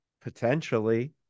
potentially